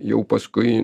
jau paskui